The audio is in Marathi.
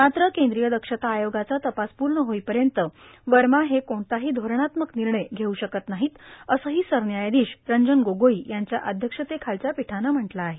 मात्र केंद्रीय दक्षता आयोगाचा तपास पूर्ण होईपर्यंत वर्मा हे कोणताही धोरणात्मक निर्णय घेऊ शकत नाहीत असंही सरन्यायाधीश रंजन गोगोई यांच्या अध्यक्षतेखालच्या पीठानं म्हटलं आहे